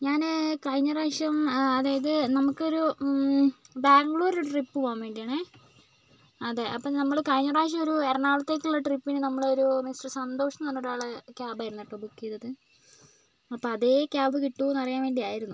ഞാന് കഴിഞ്ഞ പ്രാവശ്യം അതായത് നമുക്കൊരു ബാംഗ്ലൂർ ഒരു ട്രിപ്പ് പോകാൻ വേണ്ടിയാണേ അതെ അപ്പോൾ നമ്മള് കഴിഞ്ഞ പ്രാവശ്യം ഒരു എറണാകുളത്തേക്കുള്ള ട്രിപ്പിനു നമ്മളൊരു മിസ്റ്റർ സന്തോഷ് എന്നു പറഞ്ഞൊരാളെ ക്യാബ് ആയിരുന്നുട്ടോ ബുക്ക് ചെയ്തത് അപ്പം അതേ ക്യാബ് കിട്ടുമോ എന്ന് അറിയാൻ വേണ്ടിയായിരുന്നു